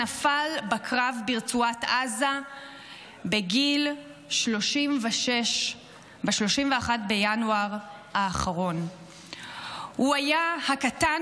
נפל בקרב ברצועת עזה בגיל 36. הוא היה הקטן